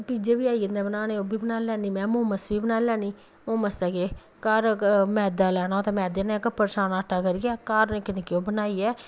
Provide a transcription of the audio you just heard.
पीज्जे आई जंदे बनाने ओह् बी बनाई लैन्नी में मोमोस बी बनाई लैन्नी मोमोस दा केह् घर मैद्दा लैना ते मैदे नै कपड़ शान करियै घर निक्के निक्के ओह् बनाइयै